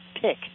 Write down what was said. pick